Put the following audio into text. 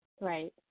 Right